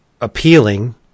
appealing